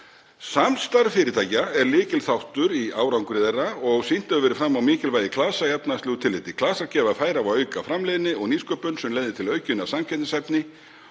Samstarf fyrirtækja er lykilþáttur í árangri þeirra og sýnt hefur verið fram á mikilvægi klasa í efnahagslegu tilliti. Klasar gefa færi á að auka framleiðni og nýsköpun sem leiðir til aukinnar samkeppnishæfni